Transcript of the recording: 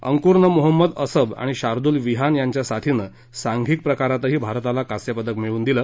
अंकरनं मोहम्मद असब आणि शार्दूल विहान यांच्या साथीनं सांघिक प्रकारातही भारताला कांस्य पदक मिळवून दिलं